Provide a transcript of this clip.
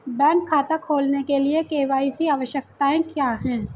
Bank खाता खोलने के लिए के.वाई.सी आवश्यकताएं क्या हैं?